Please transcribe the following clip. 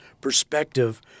perspective